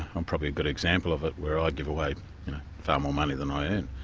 i'm probably a good example of it, where i give away far more money than i and